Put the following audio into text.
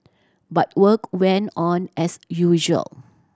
but work went on as usual